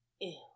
Ew